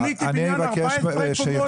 בניתי בניין של 14 קומות באלקטרה.